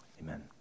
amen